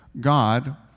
God